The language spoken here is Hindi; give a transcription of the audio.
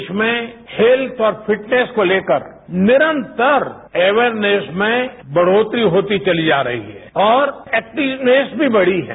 देश में हेंत्थ और फिटनेस को लेकर निरतर अवेयरनैस में बढ़ोतरी होती चली जा रही है और एक्टिवनेस भी बढ़ी है